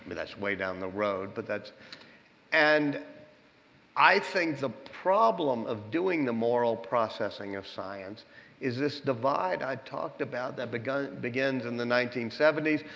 but that's way down the road, but that's and i think the problem of doing the moral processing of science is this divide i talked about that begins in and the nineteen seventy s.